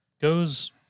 goes